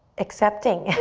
accepting.